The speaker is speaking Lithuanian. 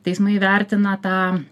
teismai įvertina tą